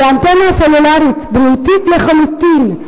כי האנטנה הסלולרית בריאותית לחלוטין,